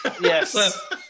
Yes